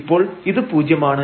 ഇപ്പോൾ ഇത് പൂജ്യമാണ്